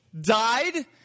died